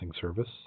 service